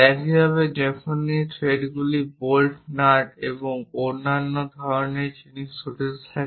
একইভাবে যখনই এই থ্রেডগুলি বোল্ট নাট এবং অন্যান্য ধরণের জিনিস জড়িত থাকে